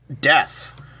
death